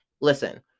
Listen